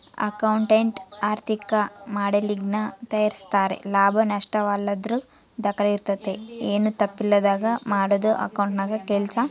accountant ಆರ್ಥಿಕ ಮಾಡೆಲಿಂಗನ್ನ ತಯಾರಿಸ್ತಾರೆ ಲಾಭ ನಷ್ಟಯಲ್ಲದರ ದಾಖಲೆ ಇರ್ತತೆ, ಏನು ತಪ್ಪಿಲ್ಲದಂಗ ಮಾಡದು ಅಕೌಂಟೆಂಟ್ನ ಕೆಲ್ಸ